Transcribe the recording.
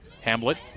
Hamlet